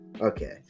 okay